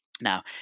Now